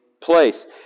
place